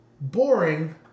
boring